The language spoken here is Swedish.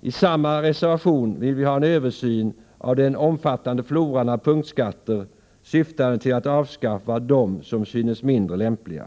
I samma reservation vill vi ha en översyn av den omfattande floran av punktskatter, syftande till att avskaffa dem som synes mindre lämpliga.